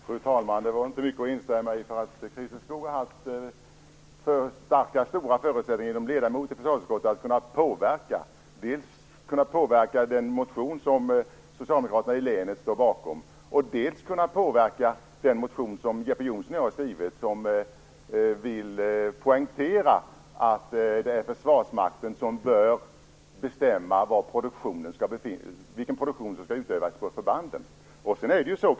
Fru talman! Det var inte mycket att instämma i. Som ledamot i försvarsutskottet har Christer Skoog haft stora förutsättningar att kunna påverka behandlingen av dels den motion som socialdemokraterna i länet står bakom, dels den motion som Jeppe Johnsson och jag har skrivit som vill poängtera att det är Försvarsmakten som bör bestämma vilken produktion som skall ske på förbanden.